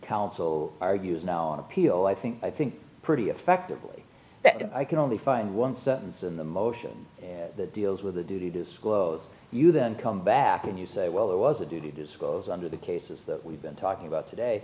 counsel argues now on appeal i think i think pretty effectively that i can only find one sentence in the motion that deals with the duty to school you then come back and you say well there was a due to disclose under the cases that we've been talking about today